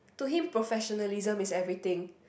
to him professionalism is everything